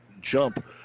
jump